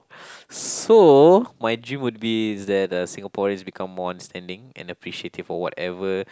so my dream would be that uh Singaporeans become more understanding and appreciative of whatever